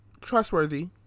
Trustworthy